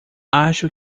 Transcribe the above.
acho